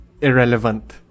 irrelevant